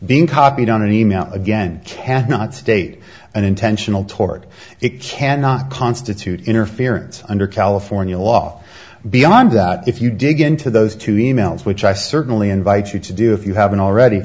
being copied on an email again cannot state an intentional toward it cannot constitute interference under california law beyond that if you dig into those two e mails which i certainly invite you to do if you haven't already